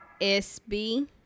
SB